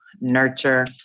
nurture